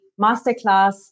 masterclass